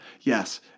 Yes